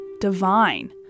divine